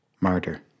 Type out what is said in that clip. martyr